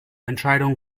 entscheidungen